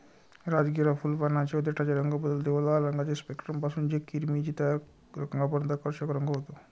राजगिरा फुल, पानांचे व देठाचे रंग बदलते व लाल रंगाचे स्पेक्ट्रम पासून ते किरमिजी रंगापर्यंत आकर्षक रंग होते